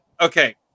okay